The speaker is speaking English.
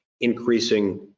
increasing